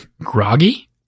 groggy